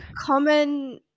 common